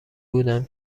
بودم